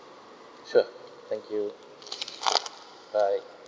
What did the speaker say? sure thank you right